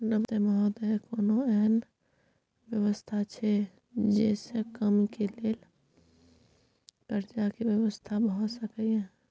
नमस्ते महोदय, कोनो एहन व्यवस्था छै जे से कम के लेल कर्ज के व्यवस्था भ सके ये?